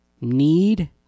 need